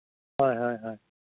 ᱦᱳᱭ ᱦᱳᱭ ᱦᱳᱭ